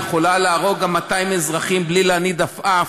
היא יכולה להרוג גם 200 אזרחים בלי להניד עפעף,